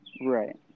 right